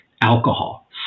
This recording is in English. alcohol